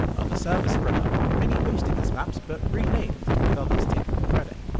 other servers sprung up, many hosting his maps but renamed and with others taking the credit.